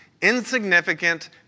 insignificant